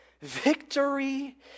Victory